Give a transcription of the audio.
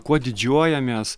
kuo didžiuojamės